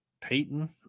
Peyton